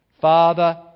Father